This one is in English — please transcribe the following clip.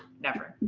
never.